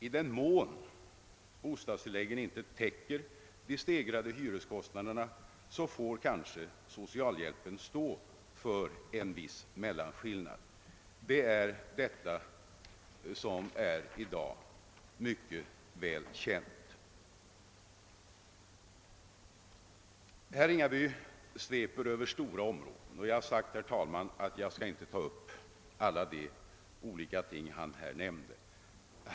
I den mån bostadstilläggen inte täcker de stegrade hyreskostnaderna, får kanske socialhjälpen stå för en viss mellanskillnad. Detta är i dag väl känt. Herr Ringaby sveper över stora områden och jag har sagt, herr talman, att jag inte skall ta upp alla de olika ting som han nämnt.